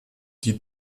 die